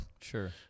sure